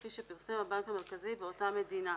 כפי שפרסם הבנק המרכזי באותה מדינה,